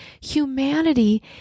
humanity